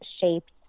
shaped